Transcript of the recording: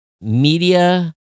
media